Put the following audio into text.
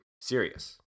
serious